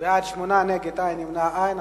בעד, 8, נגד, אין, נמנעים, אין.